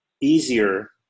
easier